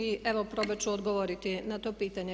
I evo probat ću odgovoriti na to pitanje.